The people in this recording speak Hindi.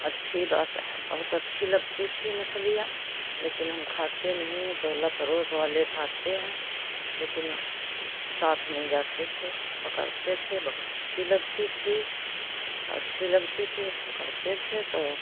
अच्छी बात बहुत अच्छी लगती थी मछलियाँ लेकिन हम खाते नहीं टोला परोस वाले खाते हैं लेकिन साथ में जाते थे पकड़ते थे बहुत अच्छी लगती थी अच्छी लगती थी पकड़ते थे तो